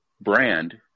brand